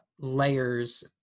layers